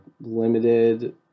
limited